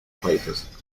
países